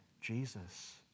Jesus